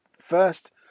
First